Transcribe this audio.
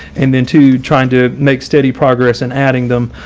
and then to try and to make steady progress and adding them.